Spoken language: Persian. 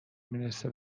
میرسه